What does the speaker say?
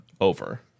over